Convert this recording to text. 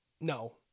No